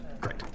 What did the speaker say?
Great